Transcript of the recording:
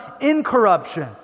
incorruption